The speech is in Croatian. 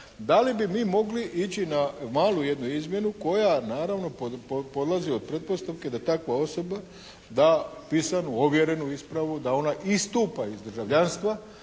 da li bi mogli ići na malu jednu izmjenu koja naravno polazi od pretpostavke da takva osoba da pisanu ovjerenu ispravu da ona istupa iz državljanstva